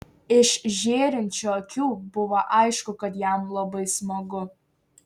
iš žėrinčių akių buvo aišku kad jam labai smagu